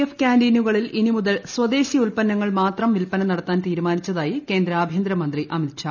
F ക്യാന്റീനുകളിൽ ഇനി മുതൽ സ്വദേശി ഉത്പന്നങ്ങൾ മാത്രം വില്പന നടത്താൻ തീരുമാനിച്ചതായി കേന്ദ്ര ആഭ്യന്തരമന്ത്രി അമിത്ഷാ